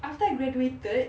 after I graduated